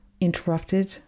interrupted